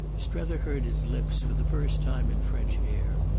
strether heard his lips, for the first time in french air,